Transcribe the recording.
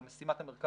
אבל משימת המשרד,